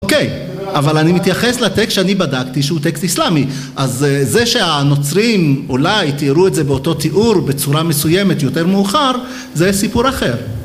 אוקיי, אבל אני מתייחס לטקסט שאני בדקתי שהוא טקסט איסלאמי. אז זה שהנוצרים אולי תיארו את זה באותו תיאור בצורה מסוימת יותר מאוחר, זה סיפור אחר.